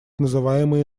называемые